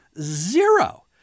Zero